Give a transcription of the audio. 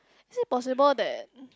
is it possible that